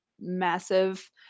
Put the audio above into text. massive